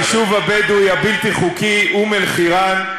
אום-אלחיראן,